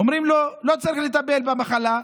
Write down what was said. אומרים לו: לא צריך לטפל במחלה,